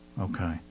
Okay